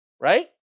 Right